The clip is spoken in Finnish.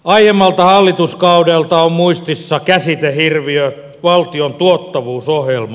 aiemmalta hallituskaudelta on muistissa käsitehirviö valtion tuottavuusohjelma